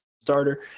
starter